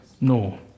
no